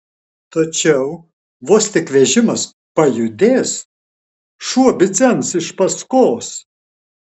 tačiau vos tik vežimas pajudės šuo bidzens iš paskos